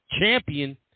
champion